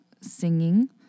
singing